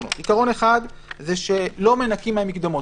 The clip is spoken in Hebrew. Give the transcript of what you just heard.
1. לא מנכים מהמקדמות.